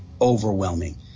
overwhelming